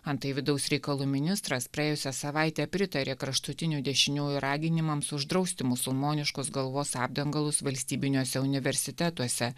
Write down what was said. antai vidaus reikalų ministras praėjusią savaitę pritarė kraštutinių dešiniųjų raginimams uždrausti musulmoniškus galvos apdangalus valstybiniuose universitetuose